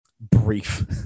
brief